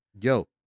Yo